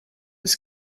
was